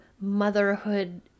motherhood